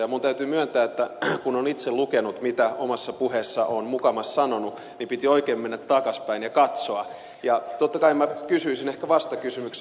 minun täytyy myöntää että kun olen itse lukenut mitä omassa puheessani olen mukamas sanonut niin piti oikein mennä takaisinpäin ja katsoa ja totta kai minä kysyisin ehkä vastakysymyksen